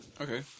Okay